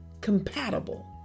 compatible